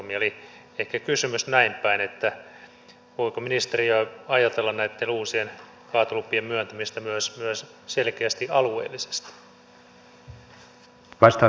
eli ehkä kysymys näinpäin että voiko ministeriö ajatella näitten uusien kaatolupien myöntämistä myös selkeästi alueellisesti